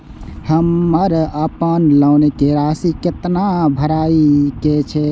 हमर अपन लोन के राशि कितना भराई के ये?